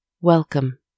Welcome